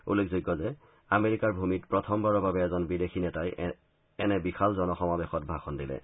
উল্লেখযোগ্য যে আমেৰিকাৰ ভূমিক প্ৰথামবাৰৰ বাবে এজন বিদেশী নেতাই এনে বিশাল জন সমাবেশত ভাষণ দিলে